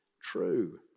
true